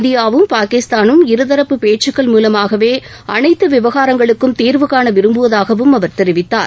இந்தியாவும் பாகிஸ்தானும் இருதரப்பு ஆலோசனைகள் மூவமாகவே அனைத்து விவகாரங்களுக்கும் தீர்வுகாண விரும்புவதாகவும் அவர் தெரிவித்தார்